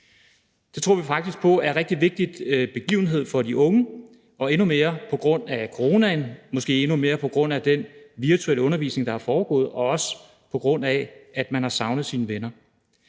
Det tror vi faktisk er en rigtig vigtig begivenhed for de unge, endnu mere på grund af coronaen og måske endnu mere på grund af den virtuelle undervisning, der er foregået, og også på grund af at man har savnet sine venner.